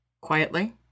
Quietly